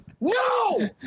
no